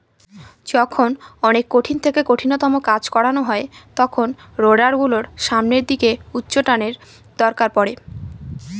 যখন অনেক কঠিন থেকে কঠিনতম কাজ করানো হয় তখন রোডার গুলোর সামনের দিকে উচ্চটানের দরকার পড়ে